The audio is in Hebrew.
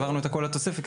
העברנו את הכל לתוספת,